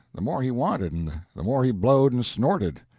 the more he wanted and the more he blowed and snorted.